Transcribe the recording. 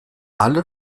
alle